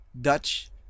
Dutch